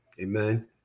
amen